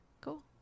Cool